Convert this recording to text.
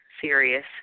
serious